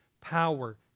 power